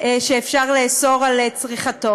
שמאפשר לאסור את צריכתו.